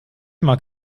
mag